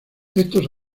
estos